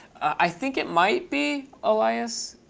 i think it might be, elias.